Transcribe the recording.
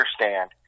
understand